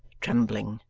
trembling.